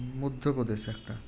মধ্য প্রদেশ একটা